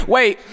Wait